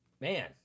Man